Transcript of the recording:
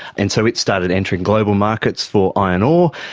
and so it started entering global markets for iron ore,